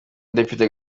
depite